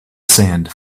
sand